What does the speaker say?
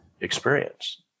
experience